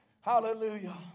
Hallelujah